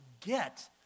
get